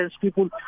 people